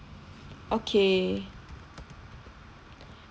okay